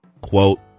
Quote